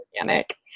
organic